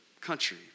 country